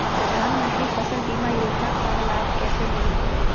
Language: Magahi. प्रधानमंत्री फसल बीमा योजना का लाभ कैसे लिये?